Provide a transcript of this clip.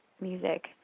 music